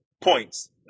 points